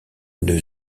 une